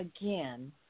again